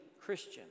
Christian